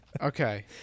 okay